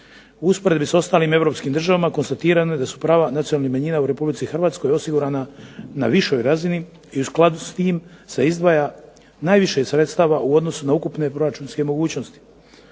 usporedbi s ostalim europskim državama konstatirano je da su prava nacionalnih manjina u Republici Hrvatskoj osigurana na višoj razini i u skladu s tim se izdvaja najviše sredstava u odnosu na ukupne proračunske mogućnosti.